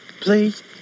please